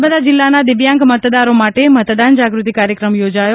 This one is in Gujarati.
નર્મદા જિલ્લાના દિવ્યાંગ મતદારો માટે મતદાન જાગૃતિ કાર્યક્રમ યોજાયો